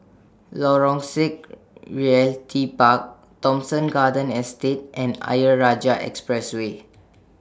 Lorong six Realty Park Thomson Garden Estate and Ayer Rajah Expressway